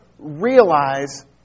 realize